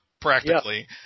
practically